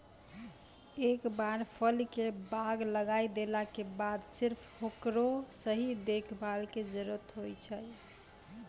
एक बार फल के बाग लगाय देला के बाद सिर्फ हेकरो सही देखभाल के जरूरत होय छै